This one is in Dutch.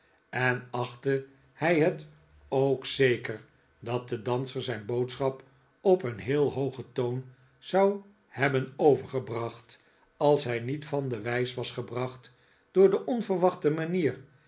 en achtte hij het ook zeker dat de danser zijn boodschap op een heel hoogen toon zou hebben e ergebracht als hij niet van de wijs was gebracht door de onverwachte manier